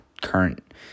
current